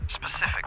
Specific